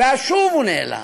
ואז שוב הוא נעלם.